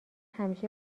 همیشه